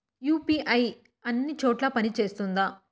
UPI అన్ని చోట్ల పని సేస్తుందా?